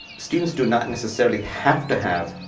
students do not necessary have to have